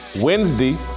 Wednesday